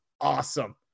awesome